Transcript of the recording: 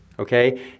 Okay